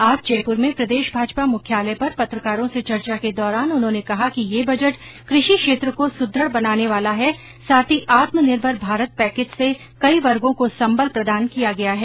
आज जयप्र में प्रदेश भाजपा मुख्यालय पर पत्रकारों से चर्चा के दौरान उन्होने कहा कि यह बजट कृषि क्षेत्र को सुद्रढ बनाने वाला है साथ ही आत्मनिर्भर भारत पैकेज से कई वर्गो को संबल प्रदान किया गया है